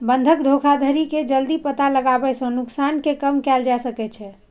बंधक धोखाधड़ी के जल्दी पता लगाबै सं नुकसान कें कम कैल जा सकै छै